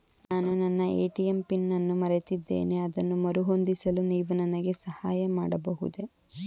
ನಾನು ನನ್ನ ATM PIN ಅನ್ನು ಮರೆತಿದ್ದೇನೆ ಅದನ್ನು ಮರುಹೊಂದಿಸಲು ನೀವು ನನಗೆ ಸಹಾಯ ಮಾಡಬಹುದೇ?